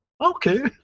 Okay